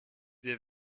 wir